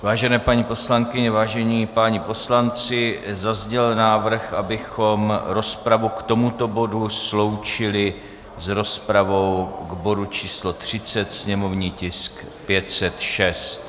Vážené paní poslankyně, vážení páni poslanci, zazněl návrh, abychom rozpravu k tomuto bodu sloučili s rozpravou k bodu číslo 30, sněmovní tisk 506.